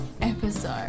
episode